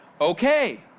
okay